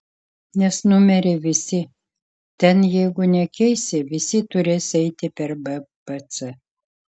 nes numeriai visi ten jeigu nekeisi visi turės eiti per bpc